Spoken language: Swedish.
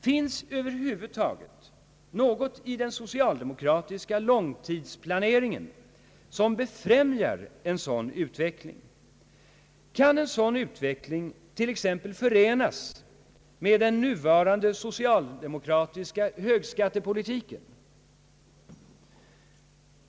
Finns över huvud taget något i den socialdemokratiska långtidsplaneringen som befrämjar en sådan utveckling? Kan en sådan utveckling t.ex. förenas med den nuvarande socialdemokratiska högskattepolitiken?